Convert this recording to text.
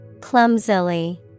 Clumsily